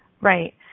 Right